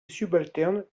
subalterne